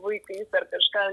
vaikais ar kažką